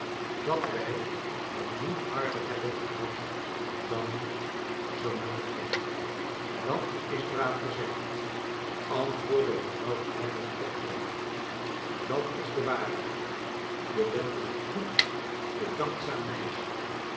dat wij het niet harder hebben gehad dan zoo menigeen dat is braaf gezegd antwoordde mevrouw clennam opgewekt dat is de waarheid je bent een goed bedachtzaam meisje